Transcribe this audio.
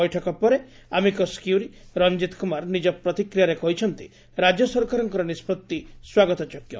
ବୈଠକ ପରେ amicus curiae Ranjit Kumar ନିକ ପ୍ରତିକ୍ରିୟାରେ କହିଛନ୍ତି ରାଜ୍ୟ ସରକାରଙ୍କ ନିଷ୍ବଭି ସ୍ୱାଗତଯୋଗ୍ୟ